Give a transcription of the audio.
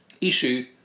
issue